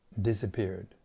disappeared